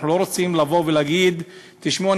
אנחנו לא רוצים לבוא ולהגיד: תשמעו,